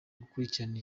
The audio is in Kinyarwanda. gukurikirana